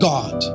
God